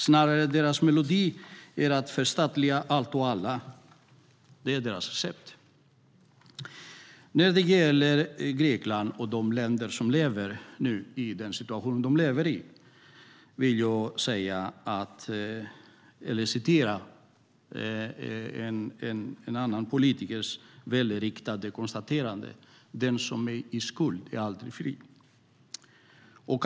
Snarare är deras melodi att allt och alla ska förstatligas. Det är Vänsterpartiets recept. När det gäller Grekland och övriga länder som lever i den situation de nu lever i vill jag citera en annan politikers välriktade konstaterande: "Den som är satt i skuld är icke fri."